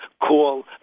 call